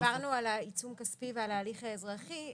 אגב, דיברנו על עיצום כספי ועל הליך אזרחי.